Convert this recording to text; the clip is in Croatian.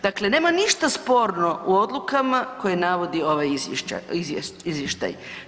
Dakle, nema ništa sporno u odlukama koje navodio ovaj izvještaj.